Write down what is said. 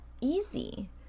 easy